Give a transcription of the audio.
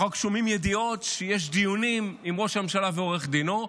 אנחנו רק שומעים ידיעות שיש דיונים עם ראש הממשלה ועורך דינו,